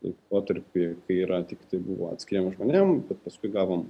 laikotarpį kai yra tiktai buvo atskiriem žmonėm bet paskui gavom